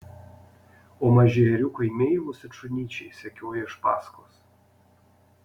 o maži ėriukai meilūs it šunyčiai sekioja iš paskos